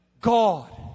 God